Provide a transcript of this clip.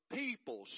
people